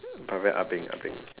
but very ah-beng ah-beng